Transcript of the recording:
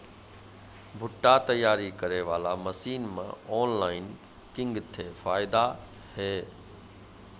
भुट्टा तैयारी करें बाला मसीन मे ऑनलाइन किंग थे फायदा हे?